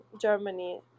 Germany